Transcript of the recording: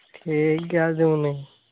ᱴᱷᱤᱠ ᱜᱮᱭᱟ ᱫᱤᱫᱤᱢᱚᱱᱤ